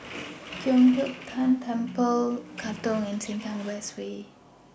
Giok Hong Tian Temple Katong and Sengkang West Way